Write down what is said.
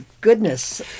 goodness